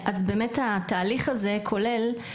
אז באמת התהליך הזה כולל,